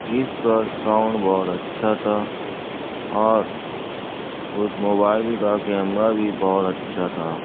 اس کا ساؤنڈ بہت اچھا تھا اور اس موبائل کا کیمرا بھی بہت اچھا تھا